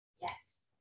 yes